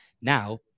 Now